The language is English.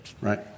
right